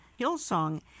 Hillsong